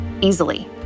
easily